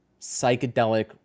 psychedelic